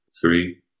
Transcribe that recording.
three